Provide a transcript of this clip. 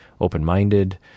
open-minded